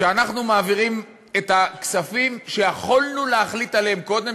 כשאנחנו מעבירים את הכספים שיכולנו להחליט עליהם קודם,